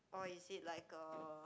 or is it like a